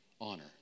honor